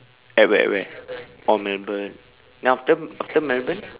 at where at where oh melbourne then after after melbourne